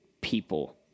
people